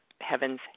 heaven's